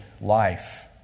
life